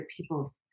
people